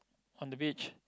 on the beach